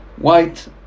white